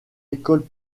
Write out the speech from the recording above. écoles